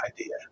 idea